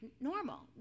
normal